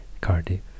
Cardiff